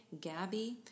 Gabby